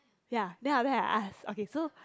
ya then after that I ask okay so